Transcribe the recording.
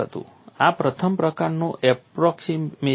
આ પ્રથમ પ્રકારનો એપ્રોક્સિમેશન હતો